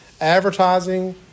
advertising